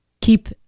keep